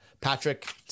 patrick